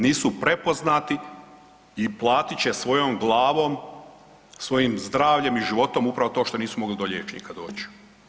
Nisu prepoznati i platit će svojom glavom, svojim zdravljem i životom upravo to što nisu mogli do liječnika doći.